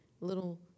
little